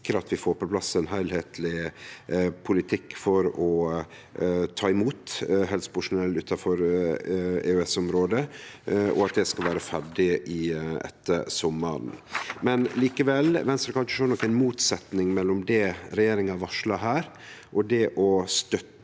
skal sikre at vi får på plass ein heilskapleg politikk for å ta imot helsepersonell frå utanfor EØS-området, og at det skal vere ferdig etter sommaren. Likevel kan ikkje Venstre sjå noka motsetning mellom det regjeringa varslar her og det å støtte